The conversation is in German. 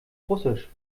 russisch